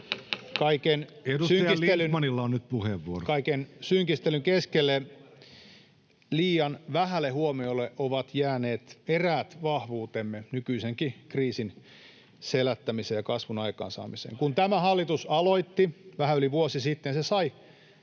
Kaiken synkistelyn keskellä liian vähälle huomiolle ovat jääneet eräät vahvuutemme nykyisenkin kriisin selättämiseen ja kasvun aikaansaamiseen. Kun tämä hallitus aloitti vähän yli vuosi sitten, se sai